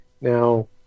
Now